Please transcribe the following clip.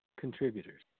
contributors